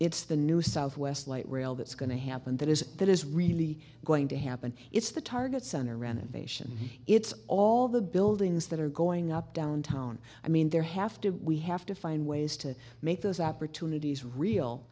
it's the new southwest light rail that's going to happen that is that is really going to happen it's the target center renovation it's all the buildings that are going up downtown i mean there have to we have to find ways to make those opportunities real